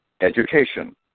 education